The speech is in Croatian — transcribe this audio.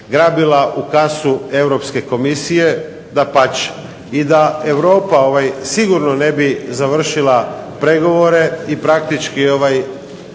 grabila u kasu Europske komisije, dapače i da Europa sigurno ne bi završila pregovore i praktički dala